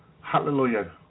Hallelujah